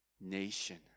nation